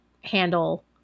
handle